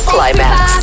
Climax